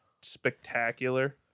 spectacular